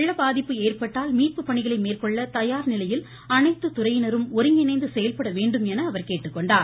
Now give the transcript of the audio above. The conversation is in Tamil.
வெள்ள பாதிப்பு ஏற்பட்டால் மீட்பு பணிகளை மேற்கொள்ள தயார் நிலையில் அனைத்து துறையினரும் ஒருங்கிணைந்து செயல்பட வேண்டும் என கேட்டுக்கொண்டார்